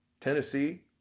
Tennessee